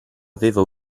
aveva